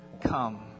come